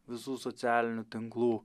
visų socialinių tinklų